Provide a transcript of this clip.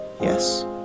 Yes